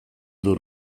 dut